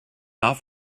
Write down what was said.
off